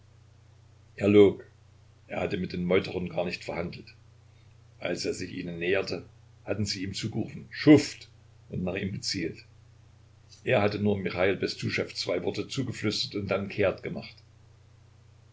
er log er hatte mit den meuterern gar nicht verhandelt als er sich ihnen näherte hatten sie ihm zugerufen schuft und nach ihm gezielt er hatte nur michail bestuschew zwei worte zugeflüstert und dann kehrt gemacht